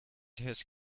his